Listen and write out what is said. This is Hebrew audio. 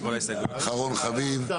קבוצת